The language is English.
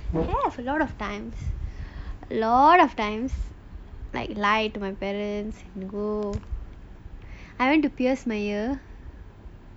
yes a lot of times like lots of times like lie to my parents to go I went to pierce my ear